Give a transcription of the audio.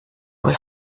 wohl